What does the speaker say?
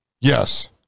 Yes